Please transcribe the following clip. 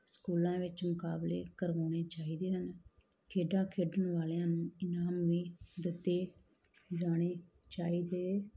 ਸਕੂਲਾਂ ਵਿੱਚ ਮੁਕਾਬਲੇ ਕਰਵਾਉਣੇ ਚਾਹੀਦੇ ਹਨ ਖੇਡਾਂ ਖੇਡਣ ਵਾਲਿਆਂ ਨੂੰ ਇਨਾਮ ਵੀ ਦਿੱਤੇ ਜਾਣੇ ਚਾਹੀਦੇ